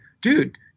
dude